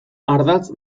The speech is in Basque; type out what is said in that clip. ardatz